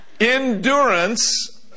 endurance